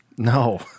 No